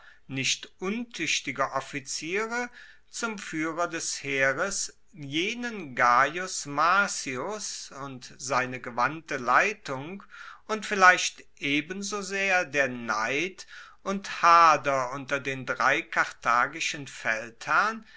nicht untuechtiger offiziere zum fuehrer des heeres jenen gaius marcius und seine gewandte leitung und vielleicht ebenso sehr der neid und hader unter den drei karthagischen feldherren